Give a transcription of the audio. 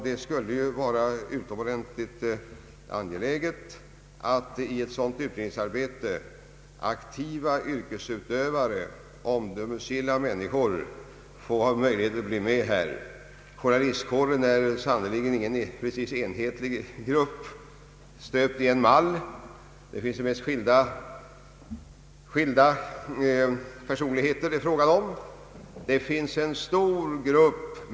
Det vore synnerligen angeläget att det i ett sådant utredningsarbete ingick aktiva yrkesutövare, att omdömesgilla journalister fick vara med. Journalistkåren är sannerligen ingen enhetlig grupp formad i en och samma mall. Inom denna kår finns de mest skilda personligheter.